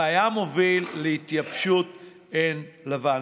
וזה היה מוביל להתייבשות עין לבן.